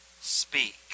speak